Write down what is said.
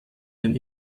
den